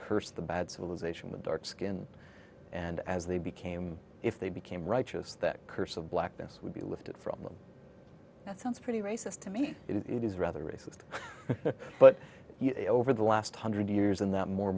curse the bad civilization with dark skin and as they became if they became righteous that curse of blackness would be lifted from them that sounds pretty racist to me it is rather racist but you know over the last hundred years in that more